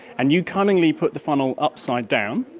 and you cunningly put the funnel upside down,